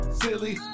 silly